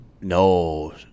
no